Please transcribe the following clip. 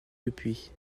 depuis